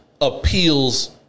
appeals